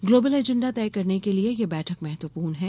global agenda तय करने के लिये यह बैठक महत्वपूर्ण है